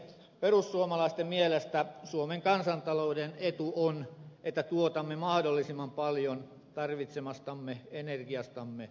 perussuomalaisten mielestä suomen kansantalouden etu on että tuotamme mahdollisimman paljon tarvitsemastamme energiasta omavaraisesti